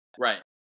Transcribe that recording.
Right